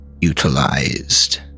utilized